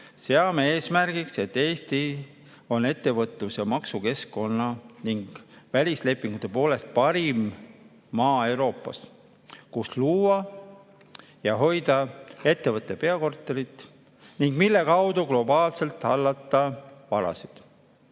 "Seame eesmärgiks, et Eesti on ettevõtlus- ja maksukeskkonna ning välislepingute poolest parim maa Euroopas, kus luua ja hoida ettevõtte peakorterit ning mille kaudu globaalselt hallata varasid."